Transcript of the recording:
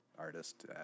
artist